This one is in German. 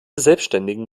selbständigen